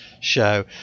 show